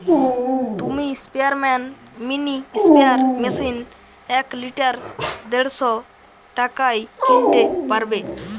তুমি Spearman mini sprayer machine এক litre দেড়শ টাকায় কিনতে পারবে